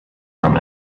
from